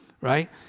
right